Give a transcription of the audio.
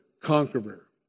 conqueror